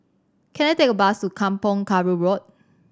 can I take a bus to Kampong Kayu Road